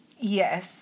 Yes